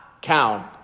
count